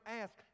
ask